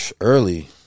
Early